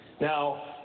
Now